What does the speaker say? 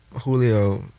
Julio